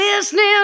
Listening